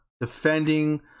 defending